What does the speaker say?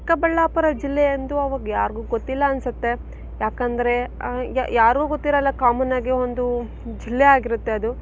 ಚಿಕ್ಕಬಳ್ಳಾಪುರ ಜಿಲ್ಲೆ ಅಂದು ಆವಾಗ ಯಾರಿಗೂ ಗೊತ್ತಿಲ್ಲ ಅನಿಸತ್ತೆ ಯಾಕಂದ್ರೆ ಯಾರೂ ಗೊತ್ತಿರಲ್ಲ ಕಾಮನ್ ಆಗಿ ಒಂದು ಜಿಲ್ಲೆ ಆಗಿರುತ್ತೆ ಅದು